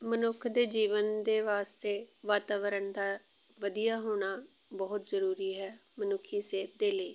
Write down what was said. ਮਨੁੱਖ ਦੇ ਜੀਵਨ ਦੇ ਵਾਸਤੇ ਵਾਤਾਵਰਨ ਦਾ ਵਧੀਆ ਹੋਣਾ ਬਹੁਤ ਜ਼ਰੂਰੀ ਹੈ ਮਨੁੱਖੀ ਸਿਹਤ ਦੇ ਲਈ